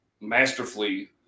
masterfully